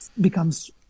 becomes